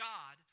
God